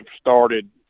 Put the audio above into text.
started